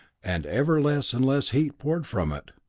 and ever less and less heat poured from it.